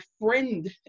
friend